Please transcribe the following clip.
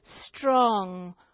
strong